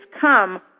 come